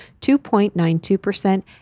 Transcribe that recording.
2.92%